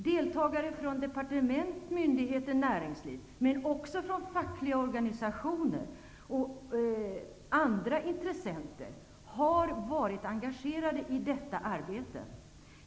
Deltagare från departement, myndigheter och näringsliv, men också från fackliga organisationer och andra intressenter, har varit engagerade i detta arbete.